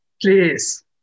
please